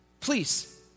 Please